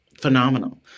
phenomenal